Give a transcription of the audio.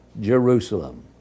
Jerusalem